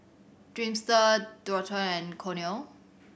Dreamster Dualtron and Cornell